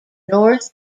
north